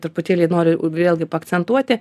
truputėlį noriu vėlgi akcentuoti